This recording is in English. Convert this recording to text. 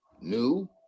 new